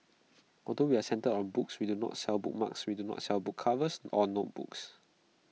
although we're centred on books we do not sell bookmarks we do not sell book covers or notebooks